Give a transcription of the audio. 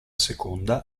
seconda